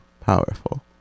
powerful